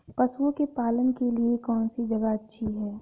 पशुओं के पालन के लिए कौनसी जगह अच्छी है?